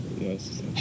Yes